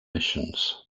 missions